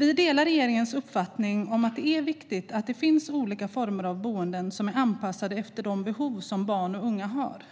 Vi delar regeringens uppfattning att det är viktigt att det finns olika former av boenden som är anpassade efter de behov som barn och unga har.